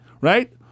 right